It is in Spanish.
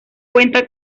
cuenta